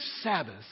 Sabbath